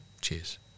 Cheers